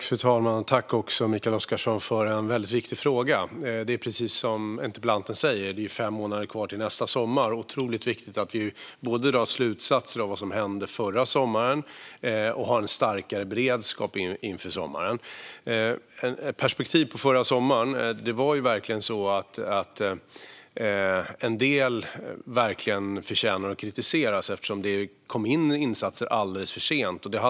Fru talman! Jag tackar Mikael Oscarsson för en väldigt viktig fråga. Precis som interpellanten säger är det fem månader kvar till sommaren, och det är otroligt viktigt att vi både drar slutsatser av vad som hände förra sommaren och har en starkare beredskap inför sommaren. Ett perspektiv på förra sommaren är att en del verkligen förtjänar kritik eftersom insatser sattes in alldeles för sent.